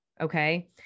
Okay